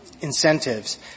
incentives